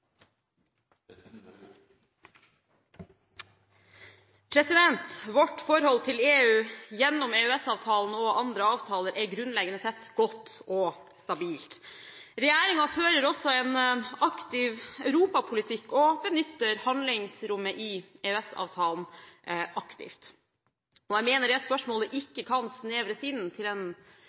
andre avtaler er grunnleggende sett godt og stabilt. Regjeringen fører også en aktiv europapolitikk og benytter handlingsrommet i EØS-avtalen aktivt. Jeg mener det spørsmålet ikke kan snevres inn til en